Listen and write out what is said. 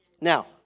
Now